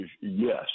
Yes